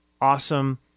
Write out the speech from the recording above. awesome